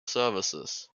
services